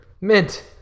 Mint